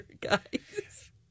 guys